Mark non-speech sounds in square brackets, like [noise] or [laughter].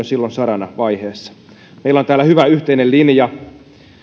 [unintelligible] silloin saranavaiheessa meillä on täällä hyvä yhteinen linja